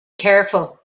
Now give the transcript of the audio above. careful